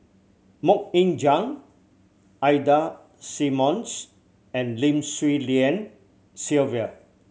Mok Ying Jang Ida Simmons and Lim Swee Lian Sylvia